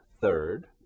third